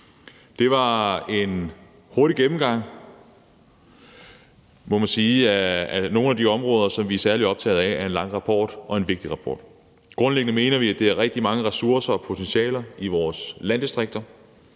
Det var en hurtig gennemgang, må man sige, af nogle af de områder, som vi er særlig optaget af i en lang og vigtig rapport. Grundlæggende mener vi, at der er rigtig mange ressourcer og potentialer i vores landdistrikter,